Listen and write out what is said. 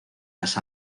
las